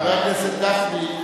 חבר הכנסת גפני,